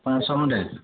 ପାଞ୍ଚଶହ ଖଣ୍ଡେ